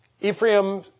Ephraim